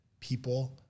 people